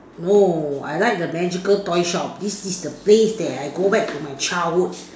no I like the magical toy shop this is the place that I go back to my childhood